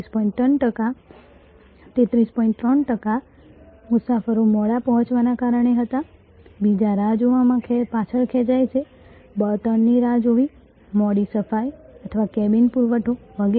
3 ટકા મુસાફરો મોડા પહોંચવાના કારણે હતા બીજા રાહ જોવામાં પાછળ ખેંચાય છે બળતણની રાહ જોવી મોડી સફાઈ અથવા કેબિન પુરવઠો વગેરે